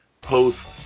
post